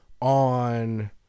On